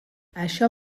això